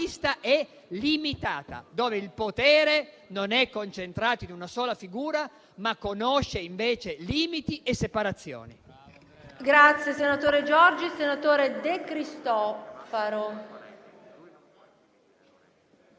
pluralista e limitata, dove il potere non è concentrato in una sola figura, ma conosce invece limiti e separazioni.